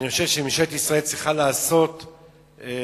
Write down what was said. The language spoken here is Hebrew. אני חושב שממשלת ישראל צריכה לעשות חושבים,